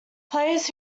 players